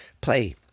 play